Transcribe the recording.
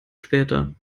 später